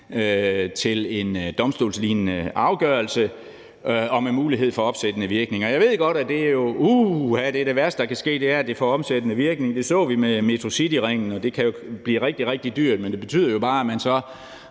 til en domstolslignende afgørelse og med mulighed for opsættende virkning. Jeg ved godt, at det værste, der kan ske, er, at det får opsættende virkning. Det så vi med Metrocityringen, og det kan jo blive rigtig, rigtig dyrt, men det betyder jo bare, at man så